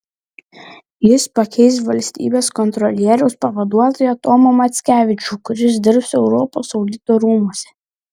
jis pakeis valstybės kontrolieriaus pavaduotoją tomą mackevičių kuris dirbs europos audito rūmuose